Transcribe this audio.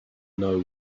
know